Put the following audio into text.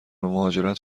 مهاجرت